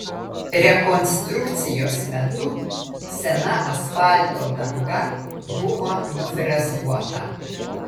rekonstrukcijos metu sena asfalto danga buvo nufrezuota